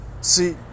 see